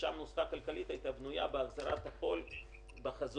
שם הנוסחה הכלכלית הייתה בנויה בהחזרת החול בחזור,